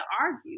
argue